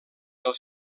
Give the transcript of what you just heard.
del